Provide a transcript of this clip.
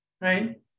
right